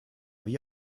wie